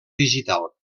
digital